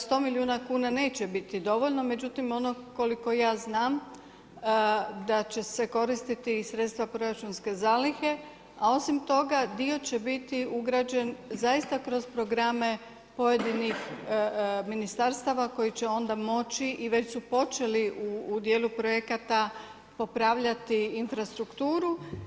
100 milijuna kuna neće biti dovoljno, međutim ono koliko ja znam da će se koristiti i sredstva proračunske zalihe a osim toga dio će biti ugrađen zaista kroz programe pojedinih ministarstava koje će onda moći i već su počeli u djelu projekata popravljati infrastrukturu.